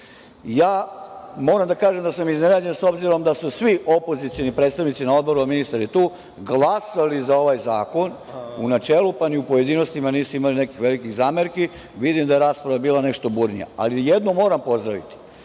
da kažem da sam iznenađen, s obzirom da su svi opozicioni predstavnici na odmoru, a ministar je tu, glasali za ovaj zakon u načelu, pa ni u pojedinostima nisu imali nekih velikih zamerki, vidim da je rasprava bila nešto burnija. Jedno moram pozdraviti.